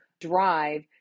drive